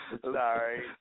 Sorry